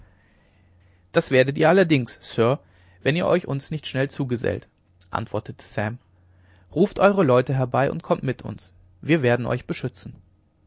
das werdet ihr allerdings sir wenn ihr euch uns nicht schnell zugesellt antwortete sam ruft eure leute herbei und kommt mit uns wir werden euch beschützen